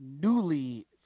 newly